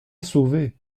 sauvé